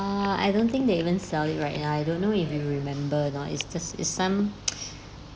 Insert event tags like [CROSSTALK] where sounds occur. err I don't think they even sell it right now I don't know if you remember or not it's just is some [NOISE]